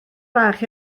bach